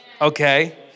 okay